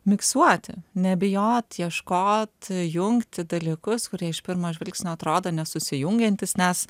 miksuoti nebijot ieškot jungti dalykus kurie iš pirmo žvilgsnio atrodo nesusijungiantys nes